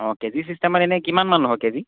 অঁ K G চিষ্টেমত এনে কিমানমান হয় কে জি